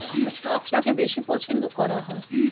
যে স্টকটাকে বেশি পছন্দ করা হয়